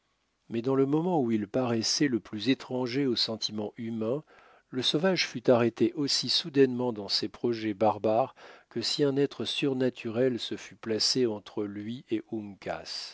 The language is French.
mais dans le moment où il paraissait le plus étranger aux sentiments humains le sauvage fut arrêté aussi soudainement dans ses projets barbares que si un être surnaturel se fût placé entre lui et